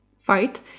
fight